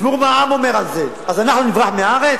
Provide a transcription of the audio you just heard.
ותשמעו מה העם אומר על זה, אז אנחנו נברח מהארץ?